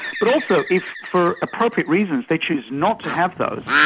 but also if for appropriate reasons they choose not to have those,